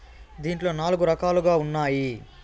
దీంట్లో నాలుగు రకాలుగా ఉన్నాయి